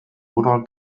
oder